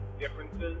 differences